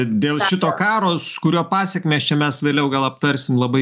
dėl šito karo s kurio pasekmes čia mes vėliau gal aptarsim labai